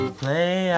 play